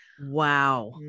Wow